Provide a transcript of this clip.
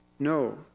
No